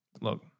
look